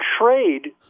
trade